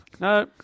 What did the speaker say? No